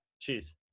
cheers